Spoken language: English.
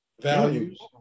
values